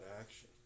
action